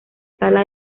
sala